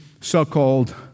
so-called